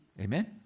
Amen